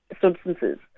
substances